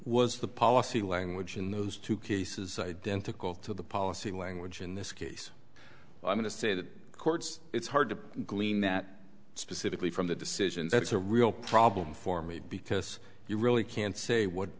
was the policy language in those two cases identical to the policy language in this case i'm going to say that courts it's hard to glean that specifically from the decision that's a real problem for me because you really can't say what